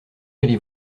allé